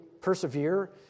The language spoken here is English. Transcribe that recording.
persevere